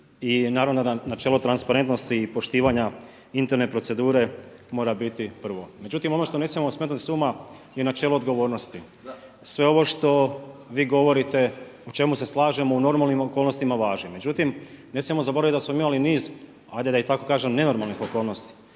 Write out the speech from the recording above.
I naravno načelo transparentnosti i poštivanja interne procedure mora biti prvo. Međutim, ono što ne smijemo smetnuti s uma je načelo odgovornosti. Sve ovo što vi govorite, u čemu se slažemo u normalnim okolnostima važi. Međutim, ne smijemo zaboraviti da smo mi imali niz ajde da i tako kažem nenormalnih okolnosti.